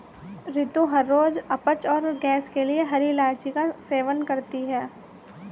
रितु हर रोज अपच और गैस के लिए हरी इलायची का सेवन करती है